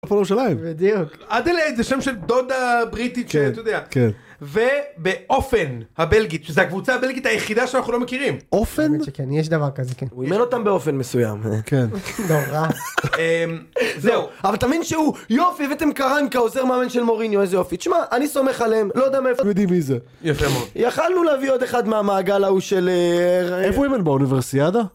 בדיוק איזה שם של דודה בריטית ובאופן הבלגית זה קבוצה בלגית היחידה שאנחנו לא מכירים אופן יש דבר כזה כאילו אתה באופן מסוים. אבל תמיד שהוא יופי הבאתם קראנקה עוזר מאמן של מוריניו איזה יופי תשמע אני סומך עליהם לא יודע מי זה יכלנו להביא עוד אחד מהמעגל ההוא של.... איפה הם באוניברסיאדה?